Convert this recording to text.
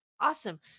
Awesome